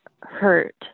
hurt